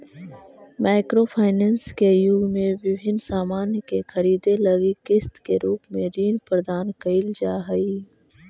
micro finance के युग में विभिन्न सामान के खरीदे लगी किस्त के रूप में ऋण प्रदान कईल जा हई